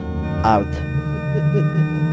out